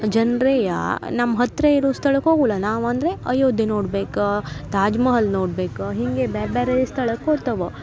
ಜನ್ರೆಯಾ ನಮ್ಮ ಹತ್ತಿರ ಇರೋ ಸ್ಥಳಕ್ಕೆ ಹೋಗುಲ್ಲ ನಾವು ಅಂದರೆ ಅಯೋಧ್ಯ ನೋಡ್ಬೇಕು ತಾಜ್ಮಹಲ್ ನೋಡ್ಬೇಕು ಹೀಗೆ ಬ್ಯಾರೆ ಬ್ಯಾರೆ ಸ್ಥಳಕ್ಕೆ ಹೋಗ್ತವ